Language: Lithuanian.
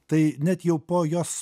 tai net jau po jos